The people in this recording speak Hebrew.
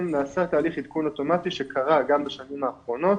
נעשה תהליך עדכון אוטומטי שבעצם קרה גם בשנים האחרונות,